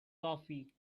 coffee